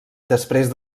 després